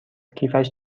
کیفش